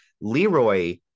Leroy